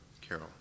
Carol